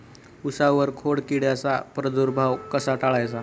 उसावर खोडकिडीचा प्रादुर्भाव कसा टाळायचा?